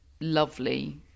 lovely